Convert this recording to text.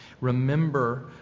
Remember